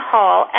Hall